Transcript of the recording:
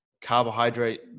Carbohydrate